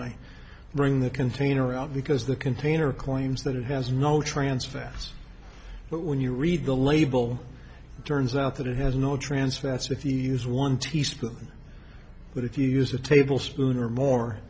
i bring the container out because the container claims that it has no trans fats but when you read the label it turns out that it has no trans fats if you use one teaspoon but if you use a tablespoon or more